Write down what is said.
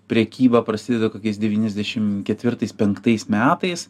prekyba prasideda kokiais devyniasdešim ketvirtais penktais metais